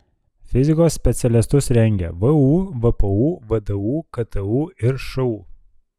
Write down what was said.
fizikos specialistus rengia vu vpu vdu ktu ir šu